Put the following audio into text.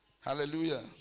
Hallelujah